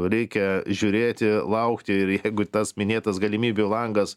reikia žiūrėti laukti ir jeigu tas minėtas galimybių langas